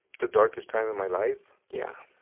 the darkest time in my life? yeah.